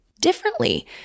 differently